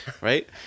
right